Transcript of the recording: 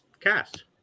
cast